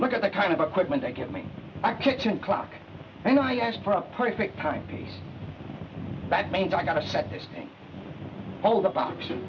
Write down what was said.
look at the kind of equipment they give me my kitchen clock and i asked for a perfect time to be back means i got to set this thing hold up auction